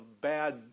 bad